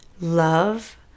love